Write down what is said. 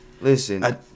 Listen